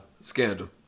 scandal